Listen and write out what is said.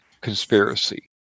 conspiracy